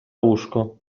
łóżko